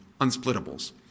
unsplittables